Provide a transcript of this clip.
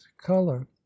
color